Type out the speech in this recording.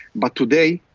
but today,